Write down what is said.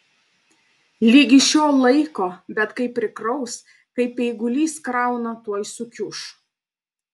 ligi šiol laiko bet kai prikraus kaip eigulys krauna tuoj sukiuš